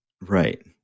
right